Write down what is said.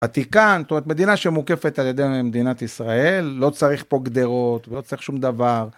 ותיקן, זאת אומרת מדינה שמורכפת על ידי מדינת ישראל לא צריך פה גדרות ולא צריך שום דבר